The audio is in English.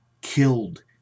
killed